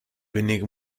winning